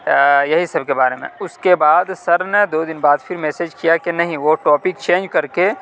یہی سب کے بارے میں اس کے بعد سر نے دو دن بعد پھر میسج کیا کہ نہیں وہ ٹاپک چینج کر کے